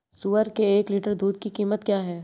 सुअर के एक लीटर दूध की कीमत क्या है?